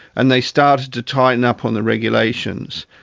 and they started to tighten up on the regulations.